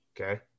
Okay